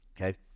Okay